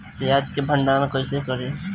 प्याज के भंडारन कईसे करी?